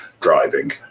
driving